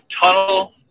tunnel